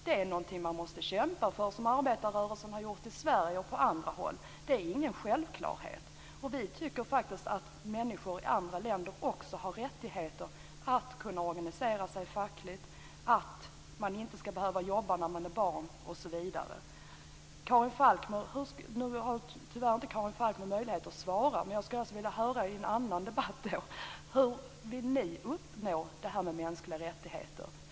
Det är någonting man måste kämpa för, som arbetarrörelsen har gjort i Sverige och på andra håll. Det är ingen självklarhet. Vi tycker att människor i andra länder också skall ha rättigheter när det gäller att organisera sig fackligt och att inte behöva jobba när de är barn, osv. Nu har Karin Falkmer tyvärr inte möjlighet att svara, men jag skulle i en annan debatt vilja höra hur ni vill uppnå mänskliga rättigheter.